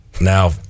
Now